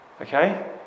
Okay